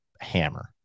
hammer